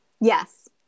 Yes